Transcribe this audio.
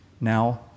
now